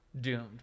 doomed